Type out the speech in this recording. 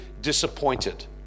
disappointed